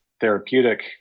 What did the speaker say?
therapeutic